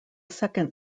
second